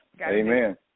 Amen